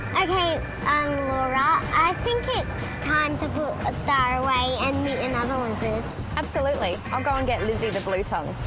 ok, um laura i think it's time to put ah star away and meet another lizard. absolutely, i'll go and get lizzy the blue tongue